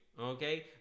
Okay